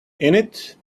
innit